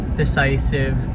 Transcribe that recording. decisive